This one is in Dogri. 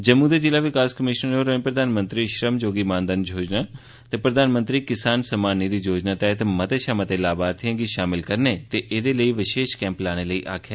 जम्मू दे जिला विकास कमीशनर होरें प्रधानमंत्री श्रमयोगी मानधन योजना ते प्रधानमंत्री किसान सम्माननिधि योजना तैहत मते शा मते लाभार्थियें गी शामल करने ते एहदे लेई वशेष कैंप लाने लई आक्खेआ